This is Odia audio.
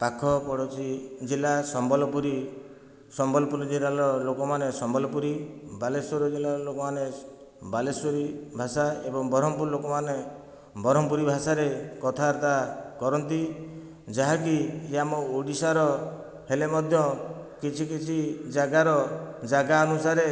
ପାଖ ପଡ଼ୋଶୀ ଜିଲ୍ଲା ସମ୍ବଲପୁରୀ ସମ୍ବଲପୁର ଜିଲ୍ଲାର ଲୋକମାନେ ସମ୍ବଲପୁରୀ ବାଲେଶ୍ୱର ଜିଲ୍ଲାର ଲୋକମାନେ ବାଲେଶ୍ଵରୀ ଭାଷା ଏବଂ ବ୍ରହ୍ମପୁରର ଲୋକମାନେ ବ୍ରହ୍ମପୁରୀ ଭାଷାରେ କଥାବାର୍ତ୍ତା କରନ୍ତି ଯାହାକି ଇଏ ଆମ ଓଡ଼ିଶାର ହେଲେ ମଧ୍ୟ କିଛି କିଛି ଜାଗାର ଜାଗା ଅନୁସାରେ